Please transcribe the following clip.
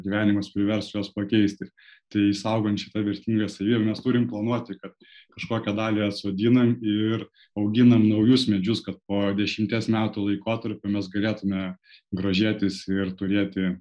gyvenimas privers juos pakeisti tai išsaugant šitą vertingą savybę mes turim planuoti kad kažkokią dalį atsodinam ir auginam naujus medžius kad po dešimties metų laikotarpio mes galėtume grožėtis ir turėti